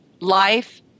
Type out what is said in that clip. life